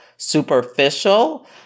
superficial